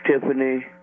Tiffany